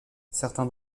certains